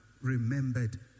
remembered